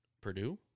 Purdue